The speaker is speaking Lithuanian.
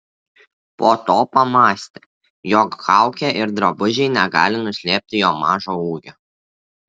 po to pamąstė jog kaukė ir drabužiai negali nuslėpti jo mažo ūgio